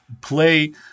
play